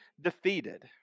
defeated